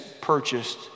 purchased